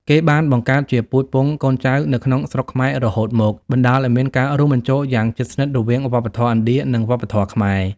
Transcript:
គេបានបង្កើតជាពូជពង្សកូនចៅនៅក្នុងស្រុកខ្មែររហូតមក បណ្តាលឲ្យមានការរួមបញ្ចូលយ៉ាងជិតស្និទ្ធរវាងវប្បធម៌ឥណ្ឌានិងវប្បធម៌ខ្មែរ។